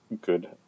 good